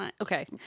okay